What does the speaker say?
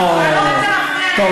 עורכי דין פליליים,